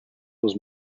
was